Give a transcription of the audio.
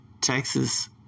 Texas